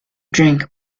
drink